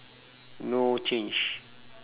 no change